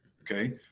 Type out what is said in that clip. okay